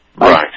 Right